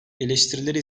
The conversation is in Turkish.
eleştirileri